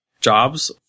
jobs